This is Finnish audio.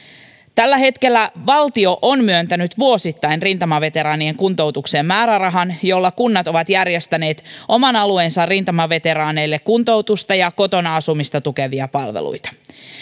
tällä hetkellä valtio on myöntänyt vuosittain rintamaveteraanien kuntoutukseen määrärahan jolla kunnat ovat järjestäneet oman alueensa rintamaveteraaneille kuntoutusta ja kotona asumista tukevia palveluita